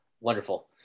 wonderful